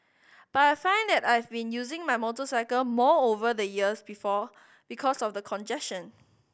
but I find that I've been using my motorcycle more over the years before because of the congestion